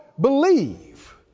believe